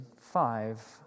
five